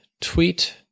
tweet